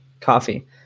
Coffee